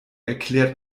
erklärt